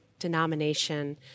denomination